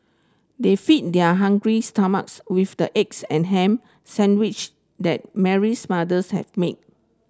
they feed their hungry stomachs with the eggs and ham sandwich that Mary's mothers had made